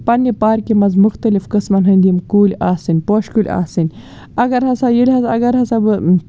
پَنٛنہِ پارکہِ منٛز مُختلِف قٕسمَن ہٕنٛدۍ یِم کُلۍ آسٕنۍ پوشہٕ کُلۍ آسٕنۍ اگر ہسا ییٚلہِ ہسا اگر ہسا بہٕ